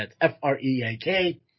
F-R-E-A-K